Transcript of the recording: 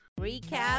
Recap